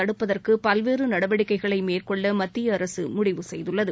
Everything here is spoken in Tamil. தடுப்பதற்கு பல்வேறு நடவடிக்கைகளை மேற்கொள்ள மத்திய அரசு முடிவு செய்துள்ளது